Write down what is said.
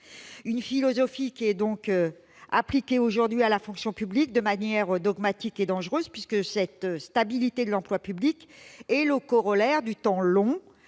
Cette philosophie est aujourd'hui appliquée à la fonction publique de manière dogmatique et dangereuse, puisque la stabilité de l'emploi public est le corollaire du temps long